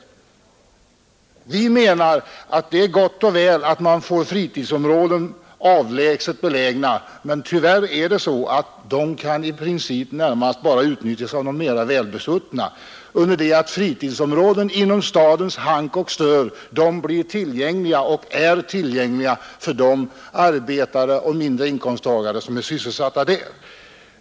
Det är, anser vi, gott och väl att man får avlägset belägna fritidsområ-. den, men de kan i princip tyvärr bara utnyttjas av de mer besuttna, under det att fritidsområden inom stadens hank och stör blir tillgängliga, och är tillgängliga, för de arbetare och mindre inkomsttagare som är sysselsatta där.